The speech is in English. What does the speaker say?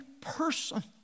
person